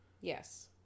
Yes